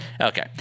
okay